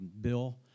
Bill